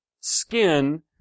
skin